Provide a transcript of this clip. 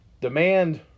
demand